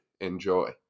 Enjoy